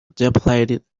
depleted